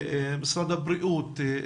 משרד הבריאות,